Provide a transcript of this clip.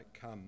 come